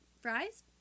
fries